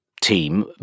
team